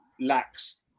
lacks